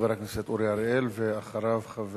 חבר